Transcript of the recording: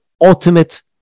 ultimate